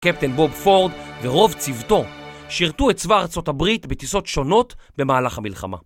קפטן בוב פורד ורוב צוותו שירתו את צבא ארה״ב בטיסות שונות במהלך המלחמה